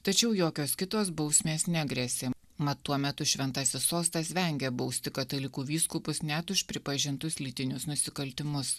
tačiau jokios kitos bausmės negresė mat tuo metu šventasis sostas vengė bausti katalikų vyskupus net už pripažintus lytinius nusikaltimus